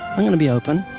i'm going to be open.